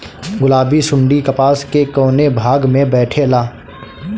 गुलाबी सुंडी कपास के कौने भाग में बैठे ला?